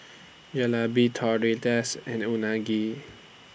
Jalebi Tortillas and Unagi